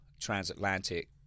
transatlantic